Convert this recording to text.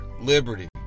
liberty